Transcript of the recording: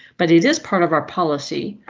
but it is part of our policy.